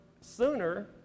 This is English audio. sooner